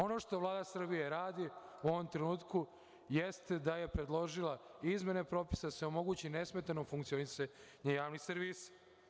Ono što Vlada Srbije radi, u ovom trenutku, jeste da je predložila izmene propisa da bi se omogućilo nesmetano funkcionisanje javnih servisa.